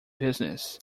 business